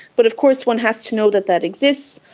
but of course one has to know that that exists,